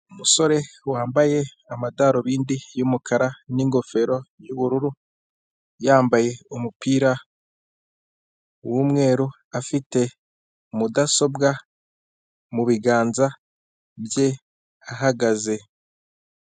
Umusore wambaye amadarubindi y'umukara n'ingofero y'ubururu, yambaye umupira w'umweru afite mudasobwa mu biganza bye, ahagaze.